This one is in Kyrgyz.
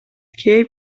кээ